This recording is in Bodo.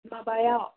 माबायाव